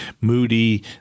moody